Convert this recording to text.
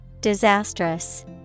Disastrous